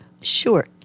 Sure